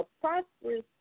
prosperous